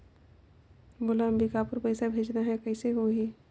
मोला अम्बिकापुर पइसा भेजना है, कइसे होही?